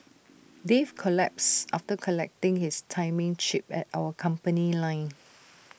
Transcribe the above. Dave collapsed after collecting his timing chip at our company line